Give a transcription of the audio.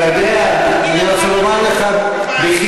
תודה לחברת הכנסת מירי